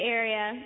area